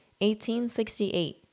1868